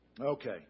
Okay